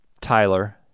Tyler